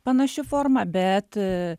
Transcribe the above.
panaši forma bet